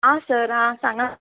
आं सर आं सांगा